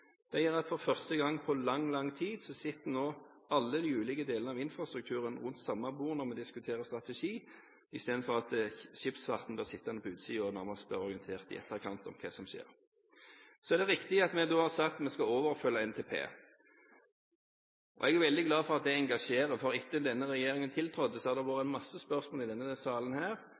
Det gjør at for første gang på lang tid sitter nå alle de ulike delene av infrastrukturen rundt samme bord når vi diskuterer strategi, istedenfor at skipsfarten blir sittende på utsiden og nærmest blir orientert i etterkant om hva som skjer. Så er det riktig at vi har sagt at vi skal overoppfylle NTP. Jeg er veldig glad for at det engasjerer, for etter at denne regjeringen tiltrådte, har det vært en masse spørsmål i denne salen